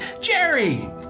Jerry